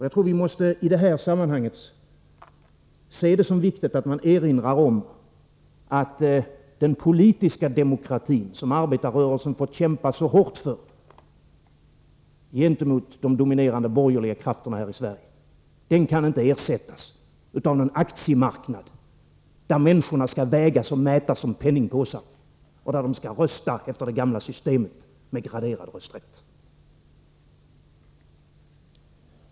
Jag tror vi i det här sammanhanget måste anse det vara viktigt att erinra om att den politiska demokrati som arbetarrörelsen fått kämpa så hårt för gentemot de dominerande borgerliga krafterna här i Sverige inte kan ersättas av en aktiemarknad där människorna skall mätas och vägas som penningpåsar och där de skall rösta enligt det gamla systemet med graderad rösträtt.